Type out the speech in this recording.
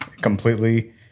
Completely